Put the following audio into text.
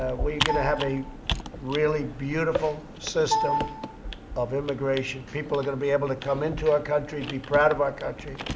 where you're going to have a really beautiful system of immigration. people are going to be able to come into our country, be proud of our country,